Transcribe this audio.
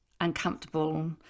uncomfortable